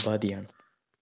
ഉപാധിയാണ്